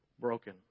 broken